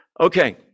Okay